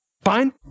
Fine